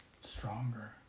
stronger